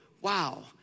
wow